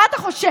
מה אתה חושב?